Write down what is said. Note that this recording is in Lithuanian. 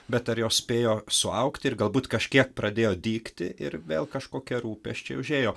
bet ar jos spėjo suaugti ir galbūt kažkiek pradėjo dygti ir vėl kažkokie rūpesčiai užėjo